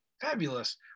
Fabulous